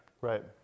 Right